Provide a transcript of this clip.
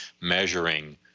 measuring